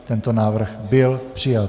Tento návrh byl přijat.